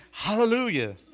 Hallelujah